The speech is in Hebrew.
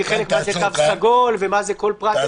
מה זה תו סגול ומה זה כל פרט.